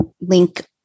link